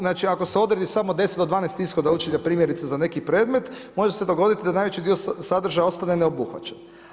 Znači, ako se odredi samo 10-12 ishoda učenja, primjerice za neki predmeti, može se dogoditi da najveći dio sadržaja ostaje neobuhvaćen.